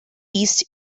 east